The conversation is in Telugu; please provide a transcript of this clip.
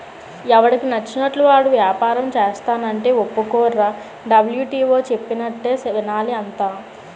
ఎవడికి నచ్చినట్లు వాడు ఏపారం సేస్తానంటే ఒప్పుకోర్రా డబ్ల్యు.టి.ఓ చెప్పినట్టే వినాలి అంతా